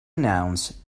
announce